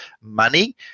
money